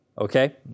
Okay